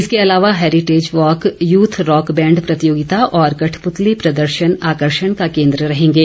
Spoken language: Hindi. इसके अलावा heritage walk youth rock band प्रतियोगिता और कठपुतली प्रदर्शन आकर्षण का केन्द्र रहेंगे